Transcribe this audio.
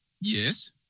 Yes